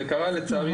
לצערי,